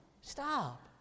Stop